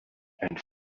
and